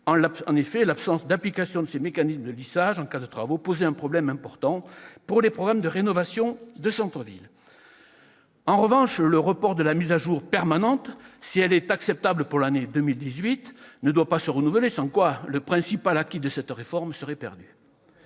En effet, l'absence d'application de ces mécanismes de lissage en cas de travaux posait un problème important pour les programmes de rénovation des centres-villes. En revanche, le report de la mise à jour permanente, si elle est acceptable pour l'année 2018, ne doit pas se renouveler, sans quoi le principal acquis de cette réforme sera perdu.